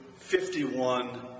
51